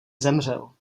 zemřel